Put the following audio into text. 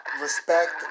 respect